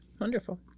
Wonderful